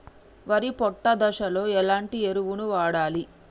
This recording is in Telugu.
వరి పొట్ట దశలో ఎలాంటి ఎరువును వాడాలి?